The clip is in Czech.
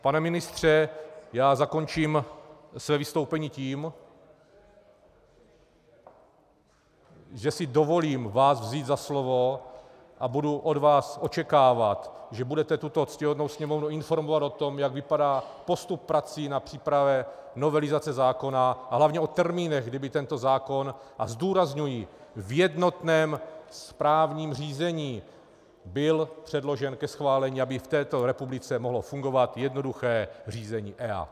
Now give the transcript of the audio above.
Pane ministře, já zakončím své vystoupení tím, že si dovolím vás vzít za slovo, a budu od vás očekávat, že budete tuto ctihodnou Sněmovnu informovat o tom, jak vypadá postup prací na přípravě novelizace zákona, a hlavně o termínech, kdy by tento zákon, a zdůrazňuji, v jednotném správním řízení, byl předložen ke schválení, aby v této republice mohlo fungovat jednoduché řízení EIA.